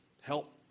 help